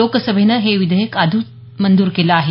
लोकसभेनं हे विधेयक आधीच मंजूर केलं आहे